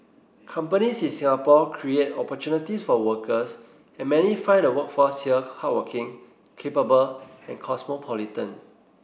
companies in Singapore create opportunities for workers and many find the workforce here hardworking capable and cosmopolitan